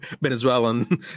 Venezuelan